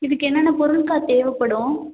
இதுக்கு என்னென்ன பொருள்க்கா தேவைப்படும்